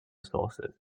sources